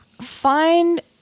find